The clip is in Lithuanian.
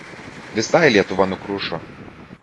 visai lietuva nukrušo